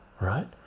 right